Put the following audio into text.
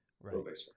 right